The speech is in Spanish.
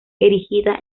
erigida